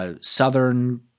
southern